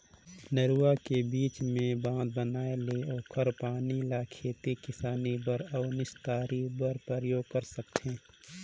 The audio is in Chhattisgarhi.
नरूवा के बीच मे बांध बनाये ले ओखर पानी ल खेती किसानी बर अउ निस्तारी बर परयोग कर सकथें